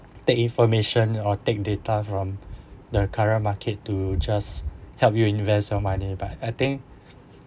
take information or take data from the current market to just help you invest your money but I think